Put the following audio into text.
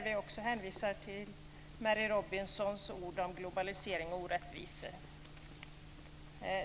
Vi hänvisar till Mary Robinsons ord om globalisering och orättvisor.